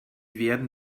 werden